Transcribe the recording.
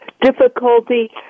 difficulty